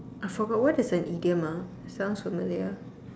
I forgot what is an idiom ah sounds familiar